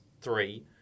three